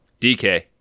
DK